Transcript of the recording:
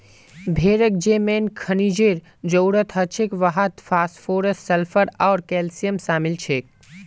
भेड़क जे मेन खनिजेर जरूरत हछेक वहात फास्फोरस सल्फर आर कैल्शियम शामिल छेक